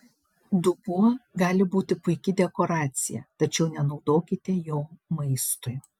dubuo gali būti puiki dekoracija tačiau nenaudokite jo maistui